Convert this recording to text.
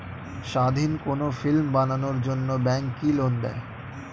স্বাধীন কোনো ফিল্ম বানানোর জন্য ব্যাঙ্ক কি লোন দেয়?